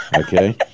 Okay